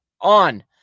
on